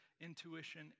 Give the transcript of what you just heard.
intuition